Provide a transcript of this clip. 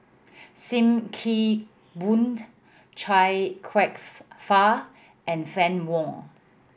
Sim Kee Boon Chia Kwek Fah and Fann Wong